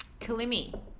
Kalimi